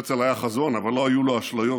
להרצל היה חזון, אבל לא היו לו אשליות.